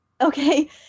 Okay